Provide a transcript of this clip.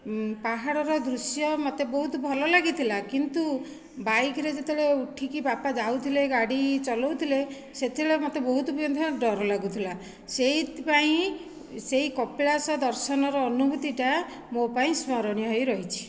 ପାହାଡ଼ର ଦୃଶ୍ୟ ମୋତେ ବହୁତ ଭଲ ଲାଗିଥିଲା କିନ୍ତୁ ବାଇକରେ ଯେତେବେଳେ ଉଠିକି ବାପା ଯାଉଥିଲେ ଗାଡ଼ି ଚଲଉଥିଲେ ସେତେବେଳେ ମୋତେ ବହୁତ ମଧ୍ୟ ଡର ଲାଗୁଥିଲା ସେହିଥିପାଇଁ ସେହି କପିଳାଶ ଦର୍ଶନର ଅନୁଭୂତି ଟା ମୋ ପାଇଁ ସ୍ମରଣୀୟ ହୋଇ ରହିଛି